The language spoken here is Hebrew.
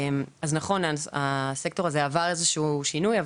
בהיבט של זהות הגורמים נכון שהסקטור הזה עבר איזשהו שינוי,